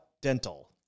dental